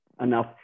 enough